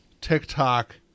tiktok